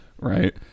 Right